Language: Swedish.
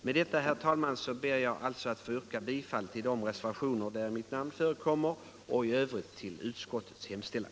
Med detta ber jag, fru talman, att få yrka bifall till de reservationer där mitt namn förekommer. I övrigt yrkar jag bifall till utskottets hemställan.